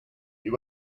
you